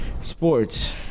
Sports